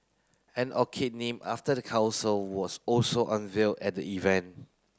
an orchid named after the council was also unveiled at the event